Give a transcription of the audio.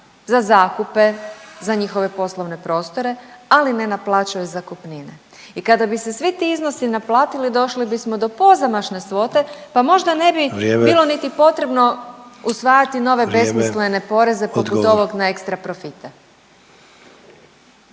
za zakupe za njihove poslovne prostore, ali ne naplaćuje zakupnine i kada bi se svi ti iznosi naplatili, došli bismo do pozamašne svote pa može ne bi bilo niti potrebno .../Upadica: Vrijeme./... usvajati nove